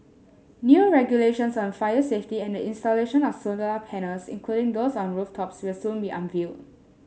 new regulations on fire safety and the installation of solar panels including those on rooftops will soon be unveiled